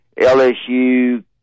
LSU